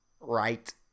Right